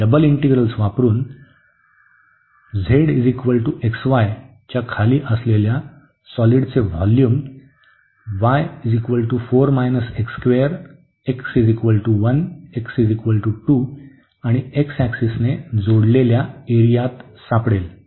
double integrals वापरुन z xy च्या खाली असलेल्या सॉलिडचे व्होल्युम हे आणि x ऍक्सिसने जोडलेल्या रिजनमध्ये सापडेल